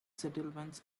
settlements